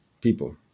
people